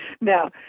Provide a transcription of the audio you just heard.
Now